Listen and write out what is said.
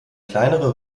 kleinere